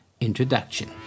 introduction